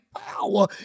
power